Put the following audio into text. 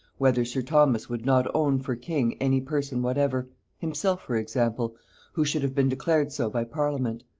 whether sir thomas would not own for king any person whatever himself for example who should have been declared so by parliament?